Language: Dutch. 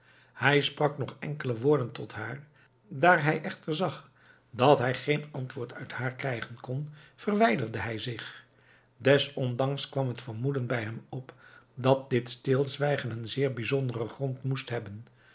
hij sprak nog enkele woorden tot haar daar hij echter zag dat hij geen antwoord uit haar krijgen kon verwijderde hij zich desondanks kwam het vermoeden bij hem op dat dit stilzwijgen een zeer bizonderen grond moest hebben